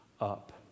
up